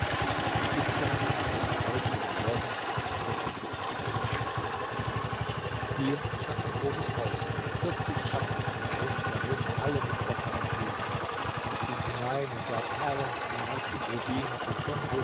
ich ging schlafen und am folgenden morgen öffnete ich die vierte türe hier stand ein großes haus mit vierzig schatzkammern rings herum alle mit offenen türen ich ging hinein und sah perlen